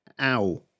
Ow